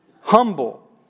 humble